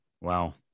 Wow